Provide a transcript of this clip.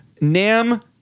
Nam